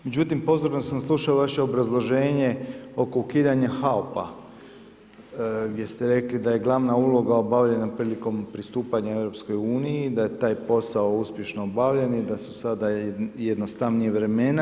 Međutim, pozorno sam slušao vaše obrazloženje oko ukidanja HAOP-a gdje ste rekli da je glavna uloga obavljanja prilikom pristupanja EU, da je taj posao uspješno obavljen i da su sada jednostavnija vremena.